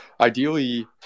ideally